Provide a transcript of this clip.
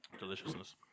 deliciousness